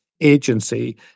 agency